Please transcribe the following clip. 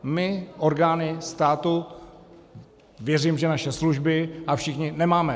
My, orgány státu, věřím, že naše služby a všichni nemáme.